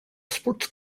sports